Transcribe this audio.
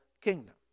kingdom